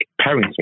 parenting